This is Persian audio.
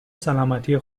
سلامتی